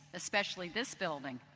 especially this building.